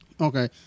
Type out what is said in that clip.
Okay